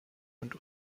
und